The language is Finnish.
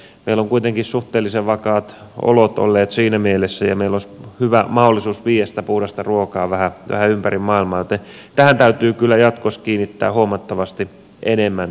meillä ovat kuitenkin suhteellisen vakaat olot olleet siinä mielessä ja meillä olisi hyvä mahdollisuus viedä sitä puhdasta ruokaa vähän ympäri maailmaa joten tähän täytyy kyllä jatkossa kiinnittää huomattavasti enemmän huomiota